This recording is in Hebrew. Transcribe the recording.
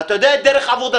ואתה יודע את דרך עבודתי.